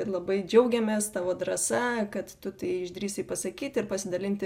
labai džiaugiamės tavo drąsa kad tu tai išdrįsai pasakyt ir pasidalinti